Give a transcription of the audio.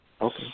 Okay